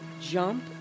jump